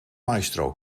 maestro